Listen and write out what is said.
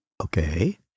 Okay